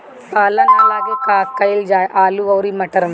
पाला न लागे का कयिल जा आलू औरी मटर मैं?